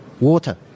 Water